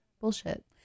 bullshit